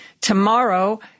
Tomorrow